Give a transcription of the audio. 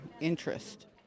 interest